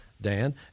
Dan